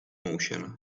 motion